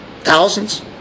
Thousands